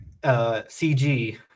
CG